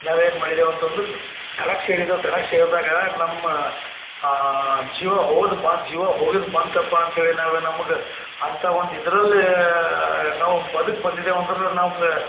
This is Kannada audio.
ನಾವೇನು ಮಾಡಿದೇವು ಅಂತಂದ್ರೆ ದಡಕ್ಕೆ ಸೇರಿದೆವು ದಡಕ್ಕೆ ಸೇರಿದಾಗ ನಮ್ಮ ಜೀವ ಹೋದ ಬ ಜೀವ ಹೋಗಿದ್ದು ಬಂತಪ್ಪ ಅಂಥೇಳಿ ನಾವೇ ನಮ್ಗೆ ಅಂಥ ಒಂದು ಇದರಲ್ಲಿ ನಾವು ಬದುಕಿ ಬಂದಿದ್ದೆವು ಅಂದ್ರೆ ನಮ್ಗೆ